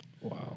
Wow